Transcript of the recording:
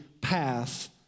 path